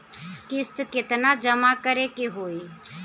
किस्त केतना जमा करे के होई?